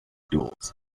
duels